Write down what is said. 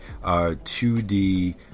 2d